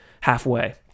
halfway